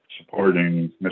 supporting